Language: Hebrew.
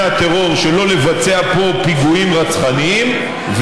הטרור שלא לבצע פה פיגועים רצחניים,